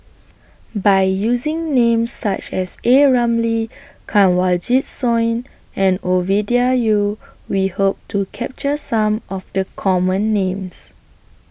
By using Names such as A Ramli Kanwaljit Soin and Ovidia Yu We Hope to capture Some of The Common Names